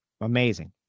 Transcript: Amazing